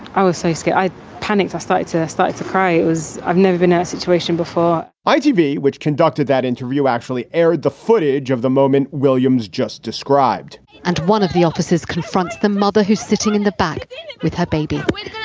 i was so scared. i panicked. societies started to cry. it was i've never been in a situation before itv, which conducted that interview, actually aired the footage of the moment. williams just described and one of the officers confronts the mother who's sitting in the back with her baby